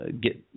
get